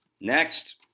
Next